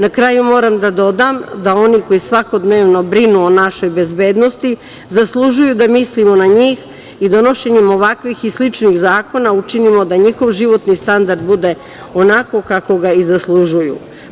Na kraju moram da dodam da oni koji svakodnevno brinu o našoj bezbednosti zaslužuju da mislimo na njih i da donošenjem ovakvih i sličnih zakona učinimo da njihov životi standard bude onako kako ga i zaslužuju.